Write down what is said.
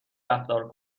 رفتار